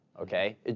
okay